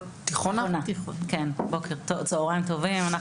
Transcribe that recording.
צוהריים טובים,